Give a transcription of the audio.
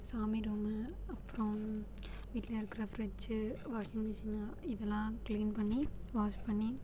சாமி ரூம்மு அப்புறம் வீட்டில் இருக்கிற ஃபிரிட்ஜு வாஷிங்மெஷின் இதெல்லாம் கிளீன் பண்ணி வாஷ் பண்ணி